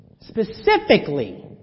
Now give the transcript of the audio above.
Specifically